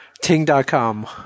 Ting.com